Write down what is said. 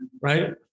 Right